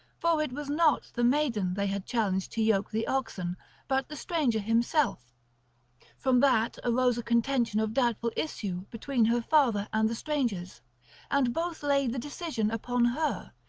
for it was not the maiden they had challenged to yoke the oxen but the stranger himself from that arose a contention of doubtful issue between her father and the strangers and both laid the decision upon her,